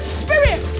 spirit